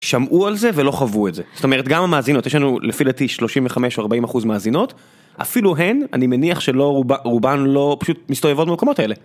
שמעו על זה ולא חוו את זה, זאת אומרת גם המאזינות, יש לנו לפי דעתי 35-40% מאזינות, אפילו הן, אני מניח שלא, רובן לא פשוט מסתובבות במקומות האלה.